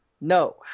no